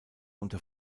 unter